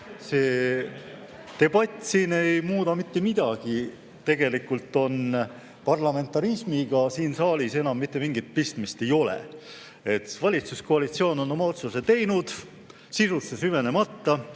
See debatt siin ei muuda mitte midagi. Tegelikult on nii, et parlamentarismiga siin saalis enam mitte mingit pistmist ei ole. Valitsuskoalitsioon on oma otsuse teinud, sisusse süvenemata